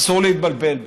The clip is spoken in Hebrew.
אסור להתבלבל בזה.